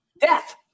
Death